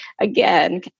again